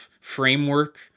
framework